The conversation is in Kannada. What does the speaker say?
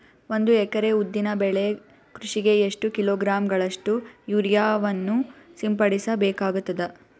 ಒಂದು ಎಕರೆ ಉದ್ದಿನ ಬೆಳೆ ಕೃಷಿಗೆ ಎಷ್ಟು ಕಿಲೋಗ್ರಾಂ ಗಳಷ್ಟು ಯೂರಿಯಾವನ್ನು ಸಿಂಪಡಸ ಬೇಕಾಗತದಾ?